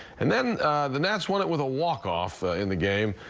and then the nats won it with a walk-off in the game.